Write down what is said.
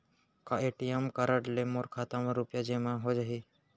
का ATM card ले मोर खाता म रुपिया जेमा हो जाही?